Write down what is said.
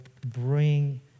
bring